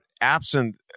absent